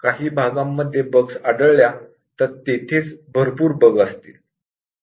आपल्याला काही भागांमध्ये बग आढळल्या तर तेथेच भरपूर बग असतील